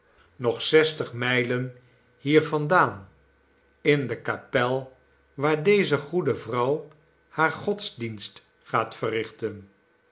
nog zesnelly tig mijlen hier vandaan in de kapel waar deze goede vrouw haar godsdienst gaat verrichten